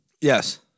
Yes